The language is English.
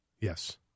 Yes